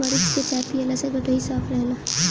मरीच के चाय पियला से गटई साफ़ रहेला